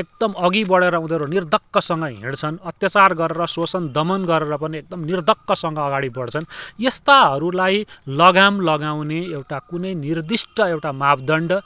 एकदम अघि बडेर उनीहरू निर्धक्क सँगले हिँड्छन् अत्याचार गरेर सोसन दमन गरेर पनि एकदमै निर्धक्कसँग अगाडि बढ्छन् यस्ताहरूलाई लगाम लगाउने एउटा कुनै निर्दिष्ट एउटा मापदण्ड